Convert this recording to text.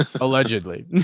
allegedly